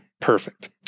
Perfect